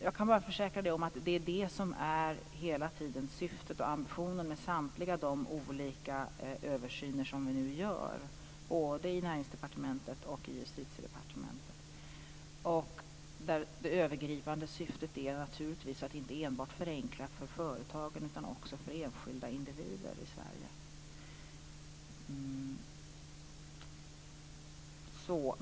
Jag kan bara försäkra Ronny Olander om att det är det som hela tiden är syftet och ambitionen med samtliga de olika översyner som vi nu gör, både i Näringsdepartementet och i Justitiedepartementet. Det övergripande syftet är naturligtvis att förenkla inte enbart för företagen utan också för enskilda individer i Sverige.